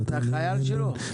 אתה חייל שלו?